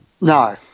No